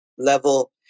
level